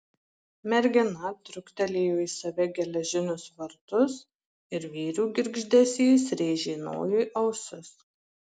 mergina truktelėjo į save geležinius vartus ir vyrių girgždesys rėžė nojui ausis